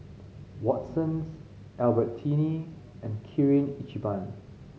Watsons Albertini and Kirin Ichiban